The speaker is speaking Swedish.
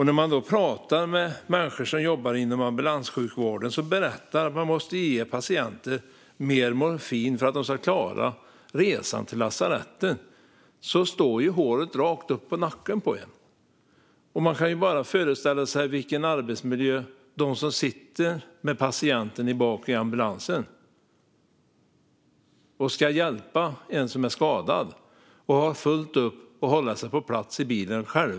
När man pratar med människor som jobbar inom ambulanssjukvården som berättar att de måste ge patienter mer morfin för att de ska klara resan till lasarettet står håret rakt upp i nacken på en. Man kan bara föreställa sig vilken arbetsmiljö det är för dem som sitter med patienten i ambulansen. De ska hjälpa den som är skadad och har fullt upp med att själva hålla sig på plats i bilen.